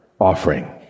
offering